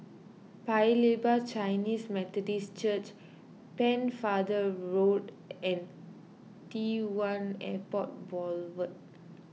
Paya Lebar Chinese Methodist Church Pennefather Road and T one Airport Boulevard